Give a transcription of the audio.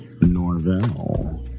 Norvell